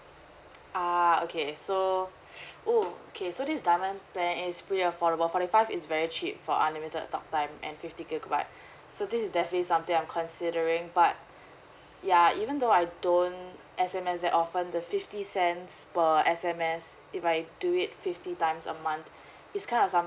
uh okay so oh okay so this diamond plan is pretty affordable forty five is very cheap for unlimited talk time and fifty gigabyte so this is definitely something I'm considering but ya even though I don't S_M_S that often the fifty cents per S_M_S if I do it fifty times a month it's kind of something